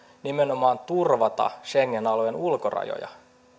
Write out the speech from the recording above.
nimenomaan turvata schengen alueen ulkorajoja